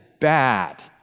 bad